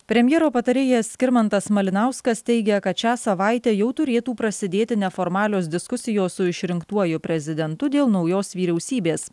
premjero patarėjas skirmantas malinauskas teigia kad šią savaitę jau turėtų prasidėti neformalios diskusijos su išrinktuoju prezidentu dėl naujos vyriausybės